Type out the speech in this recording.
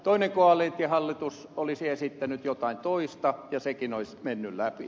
toinen koalitiohallitus olisi esittänyt jotain toista ja sekin olisi mennyt läpi